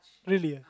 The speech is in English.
really ah